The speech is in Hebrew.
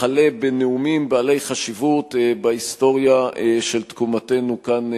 וכלה בנאומים בעלי חשיבות בהיסטוריה של תקומתנו כאן,